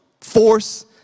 force